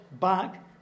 back